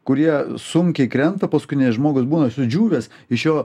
kurie sunkiai krenta paskui nes žmogus būna sudžiūvęs iš jo